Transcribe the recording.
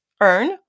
earn